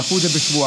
דחו את זה בשבועיים,